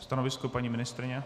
Stanovisko paní ministryně?